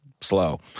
slow